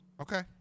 Okay